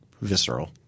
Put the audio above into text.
visceral